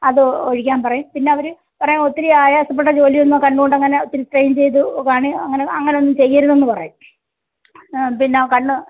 അത് ഒഴിക്കാൻ പറയും പിന്നെ അവർ പറയും ഒത്തിരി ആയാസപ്പെട്ട ജോലിയൊന്നും കണ്ണ് കൊണ്ട് അങ്ങനെ ഒത്തിരി സ്ട്രെയിൻ ചെയ്ത് കണ്ണ് അങ്ങനെയൊന്നും ചെയ്യരുതെന്ന് പറയും പിന്നെ കണ്ണ്